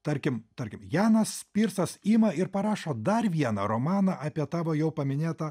tarkim tarkim janas pirsas ima ir parašo dar vieną romaną apie tavo jau paminėtą